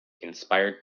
inspired